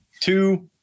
two